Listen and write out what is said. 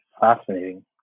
Fascinating